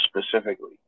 specifically